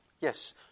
Yes